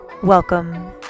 welcome